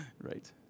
Right